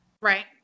Right